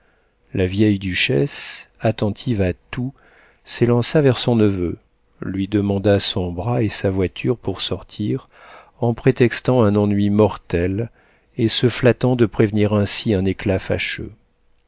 la vieille duchesse attentive à tout s'élança vers son neveu lui demanda son bras et sa voiture pour sortir en prétextant un ennui mortel et se flattant de prévenir ainsi un éclat